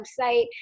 website